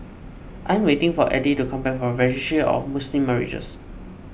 I am waiting for Eddy to come back from Registry of Muslim Marriages